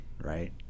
right